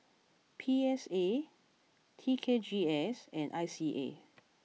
P S A T K G S and I C A